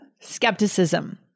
skepticism